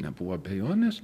nebuvo abejonės